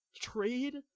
trade